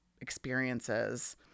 experiences